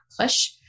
push